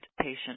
patient